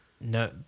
No